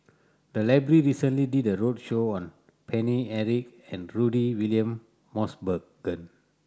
the library recently did a roadshow on Paine Eric and Rudy William Mosbergen